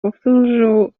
powtórzył